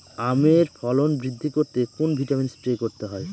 আমের ফলন বৃদ্ধি করতে কোন ভিটামিন স্প্রে করতে হয়?